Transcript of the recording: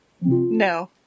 No